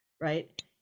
right